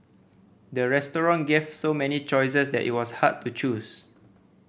the restaurant gave so many choices that it was hard to choose